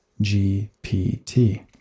GPT